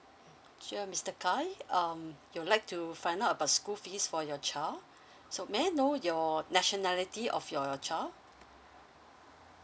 mm sure mister khai um you'd like to find out about school fees for your child so may I know your nationality of your child